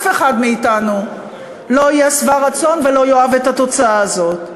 אף אחד מאתנו לא יהיה שבע רצון ולא יאהב את התוצאה הזאת.